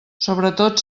sobretot